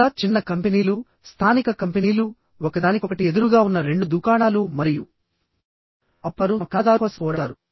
లేదా చిన్న కంపెనీలు స్థానిక కంపెనీలు ఒకదానికొకటి ఎదురుగా ఉన్న రెండు దుకాణాలు మరియుఅప్పుడు వారు తమ ఖాతాదారుల కోసం పోరాడుతారు